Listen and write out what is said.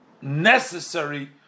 necessary